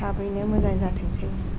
थाबैनो मोजां जाथोंसै